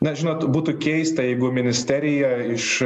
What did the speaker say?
na žinot bet būtų keista jeigu ministerija iš